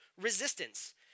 resistance